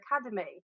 academy